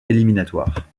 éliminatoires